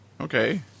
okay